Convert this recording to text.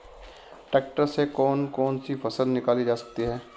Tractor से कौन कौनसी फसल निकाली जा सकती हैं?